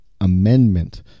amendment